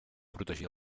protegir